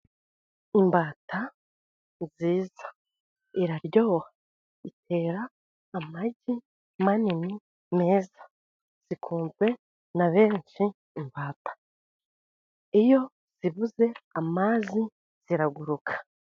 Imbata nziza iraryoha, itera amagi manini meza, zikunzwe na benshi. Imbata iyo zibuze amazi ziraguruka.